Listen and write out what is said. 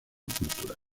cultural